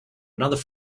another